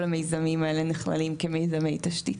כל המיזמים האלה נכללים כמיזמי תשתית.